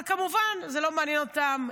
אבל כמובן, זה לא מעניין אותם.